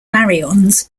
baryons